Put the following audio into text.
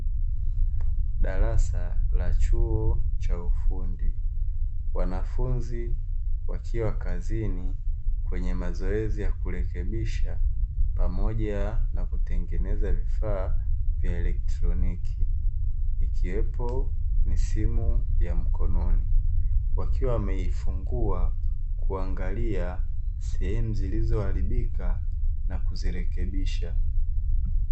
Darasa la chuo cha ufundi, wanafunzi wakiwa kazini kwenye mazoezi ya kurekebisha pamoja na kutengeneza vifaa vya elektroniki, ikiwepo ni simu ya mkononi wakiwa wameifungua kuangalia sehemu zilizoharibika na kuzirekebisha.